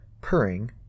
purring